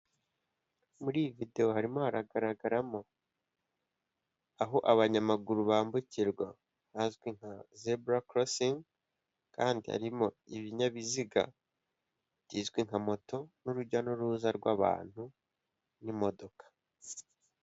Mu nzu y'ubwiteganyirize mu kwivuza ya ara esi esibi hicayemo abantu benshi batandukanye, higanjemo abakozi b'iki kigo ndetse n'abaturage baje kwaka serivise.